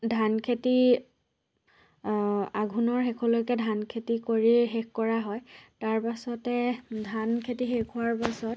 ধান খেতি আঘোণৰ শেষলৈকে ধান খেতি কৰিয়েই শেষ কৰা হয় তাৰ পাছতে ধান খেতি শেষ হোৱাৰ পাছত